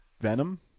Venom